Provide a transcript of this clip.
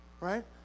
right